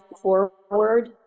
forward